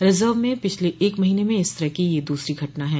reserve में पिछले एक महीने में इस तरह की यह दूसरी घटना है